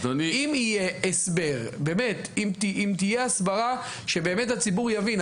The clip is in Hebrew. אם תהיה הסברה שבאמת הציבור יבין,